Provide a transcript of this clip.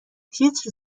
تیتر